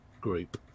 group